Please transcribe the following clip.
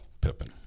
Pippen